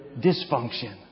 dysfunction